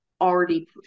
already